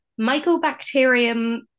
Mycobacterium